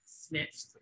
snitched